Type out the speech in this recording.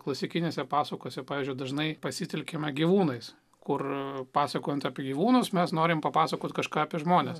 klasikinėse pasakose pavyzdžiui dažnai pasitelkiama gyvūnais kur pasakojant apie gyvūnus mes norime papasakoti kažką apie žmones